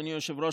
אדוני היושב-ראש,